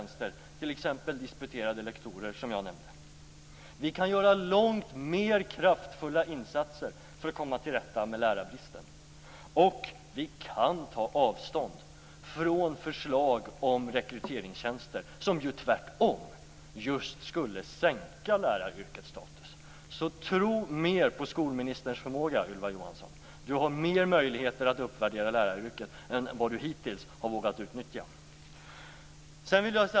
Det gäller då t.ex. disputerade lektorer, som jag tidigare nämnt. Vi kan göra långt kraftfullare insatser för att komma till rätta med lärarbristen och vi kan ta avstånd från förslag om rekryteringstjänster, som ju tvärtom skulle sänka läraryrkets status. Tro alltså mera på skolministerns förmåga, Ylva Johansson! Skolministern har större möjligheter att uppvärdera läraryrket än hon hittills har vågat utnyttja.